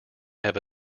have